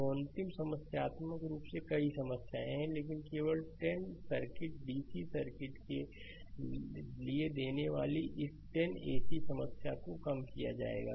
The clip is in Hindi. एक अंतिम समस्यात्मक रूप से कई समस्याएं हैं लेकिन केवल 10 सर्किट डीसी सर्किट के लिए देने वाले इस 10 एसी समस्या को कम किया जाएगा